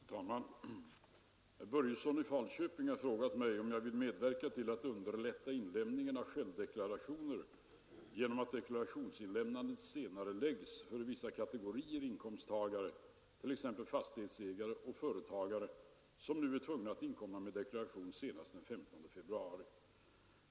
Herr talman! Herr Börjesson i Falköping har frågat mig, om jag vill medverka till att underlätta inlämningen av självdeklarationer genom att deklarationsinlämnandet senareläggs för vissa kategorier inkomsttagare, t.ex. fastighetsägare och företagare, som nu är tvungna att inkomma med deklaration senast den 15 februari.